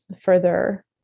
further